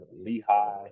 Lehigh